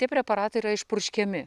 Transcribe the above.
tie preparatai yra išpurškiami